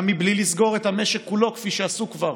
גם מבלי לסגור את המשק כולו, כפי שעשו כבר.